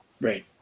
right